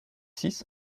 six